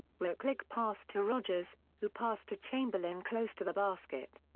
ruklick passed to rodgers, who passed to chamberlain close to the basket.